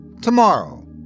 tomorrow